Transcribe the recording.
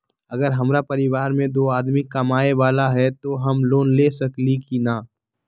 अगर हमरा परिवार में दो आदमी कमाये वाला है त हम लोन ले सकेली की न?